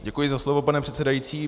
Děkuji za slovo, pane předsedající.